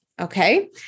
okay